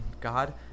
God